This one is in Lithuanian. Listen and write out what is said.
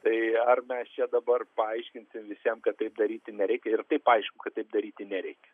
tai ar mes čia dabar paaiškinsim visiem kad taip daryti nereikia ir taip aišku kad taip daryti nereikia